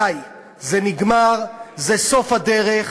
די, זה נגמר, זה סוף הדרך.